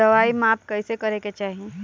दवाई माप कैसे करेके चाही?